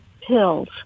pills